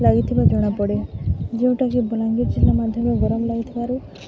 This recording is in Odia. ଲାଗିଥିବା ଜଣା ପଡ଼େ ଯେଉଁଟାକି ବଲାଙ୍ଗୀର ଜିଲ୍ଲା ମାଧ୍ୟମରେ ଗରମ ଲାଗିଥିବାରୁ